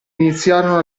iniziarono